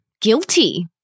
guilty